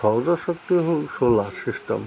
ସୌର ଶକ୍ତି ହିଁ ସୋଲାର୍ ସିଷ୍ଟମ୍